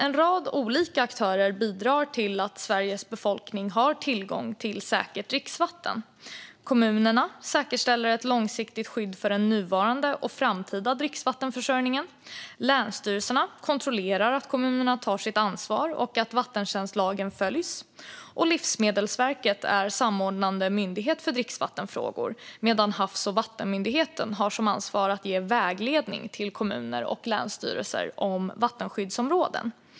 En rad olika aktörer bidrar till att Sveriges befolkning har tillgång till säkert dricksvatten. Kommunerna säkerställer ett långsiktigt skydd för den nuvarande och framtida dricksvattenförsörjningen. Länsstyrelserna kontrollerar att kommunerna tar sitt ansvar och att vattentjänstlagen följs. Livsmedelsverket är samordnande myndighet för dricksvattenfrågor medan Havs och vattenmyndigheten har ansvar för att ge vägledning till kommuner och länsstyrelser om vattenskyddsområden.